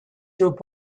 through